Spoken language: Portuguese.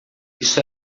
isso